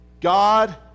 God